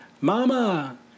Mama